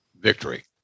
victory